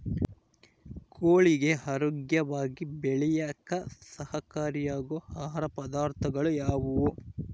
ಕೋಳಿಗೆ ಆರೋಗ್ಯವಾಗಿ ಬೆಳೆಯಾಕ ಸಹಕಾರಿಯಾಗೋ ಆಹಾರ ಪದಾರ್ಥಗಳು ಯಾವುವು?